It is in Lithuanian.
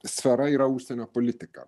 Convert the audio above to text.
sfera yra užsienio politika